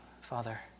Father